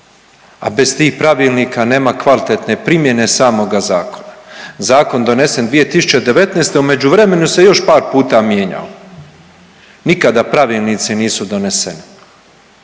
a bez tih pravilnika nema kvalitetne primjene samoga zakona. Zakon donesen 2019. u međuvremenu se još par puta mijenjao. Nikada pravilnici nisu doneseni.